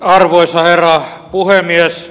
arvoisa herra puhemies